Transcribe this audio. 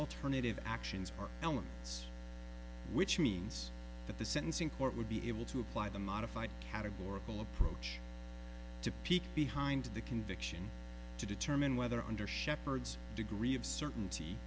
alternative actions are elements which means that the sentencing court would be able to apply the modified categorical approach to peek behind the conviction to determine whether under shepard's degree of certainty